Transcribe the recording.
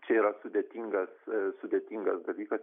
čia yra sudėtingas sudėtingas dalykas